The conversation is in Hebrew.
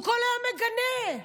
כל היום הוא מגנה.